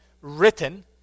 written